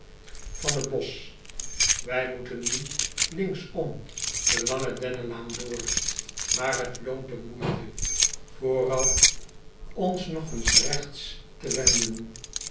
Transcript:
van het bosch ij moeten nu linksom de lange dennenlaan door maar het loont de moeite vooraf ons nog eens regts te wenden